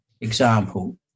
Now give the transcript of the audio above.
example